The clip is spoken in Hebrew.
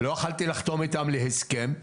לא יכולתי לחתום איתם הסכם,